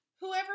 whoever